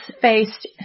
faced